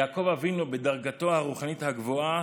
יעקב אבינו, בדרגתו הרוחנית הגבוהה,